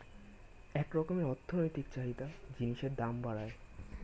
এক রকমের অর্থনৈতিক চাহিদা জিনিসের দাম বাড়ায়